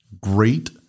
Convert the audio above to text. great